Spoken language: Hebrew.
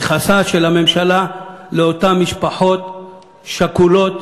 יחסה של הממשלה לאותן משפחות שכולות,